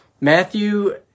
Matthew